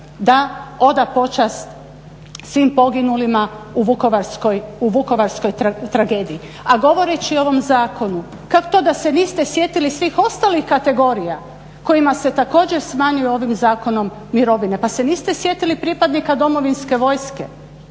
da oda počast svim poginulima u vukovarskoj tragediji. A govoreći o ovom zakonu kako to da se niste sjetili svih ostalih kategorija kojima se također smanjuje ovim zakonom mirovine. Pa se niste sjetili pripadnika Domovinske vojske